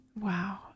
Wow